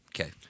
Okay